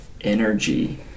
energy